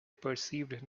perceived